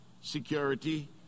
security